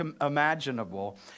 imaginable